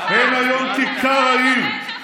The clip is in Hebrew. הן היום כיכר העיר,